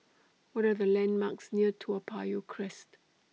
What Are The landmarks near Toa Payoh Crest